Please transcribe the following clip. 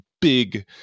big